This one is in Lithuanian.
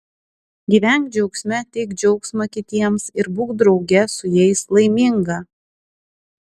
gyvenk džiaugsme teik džiaugsmą kitiems ir būk drauge su jais laiminga